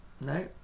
No